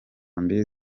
mbili